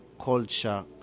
culture